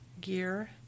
gear